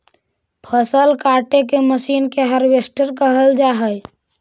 फसल काटे के मशीन के हार्वेस्टर कहल जा हई